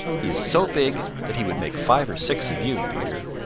he is so big that he would make five or six of you, peter.